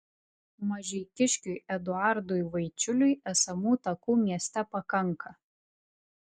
mažeikiškiui eduardui vaičiuliui esamų takų mieste pakanka